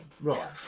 Right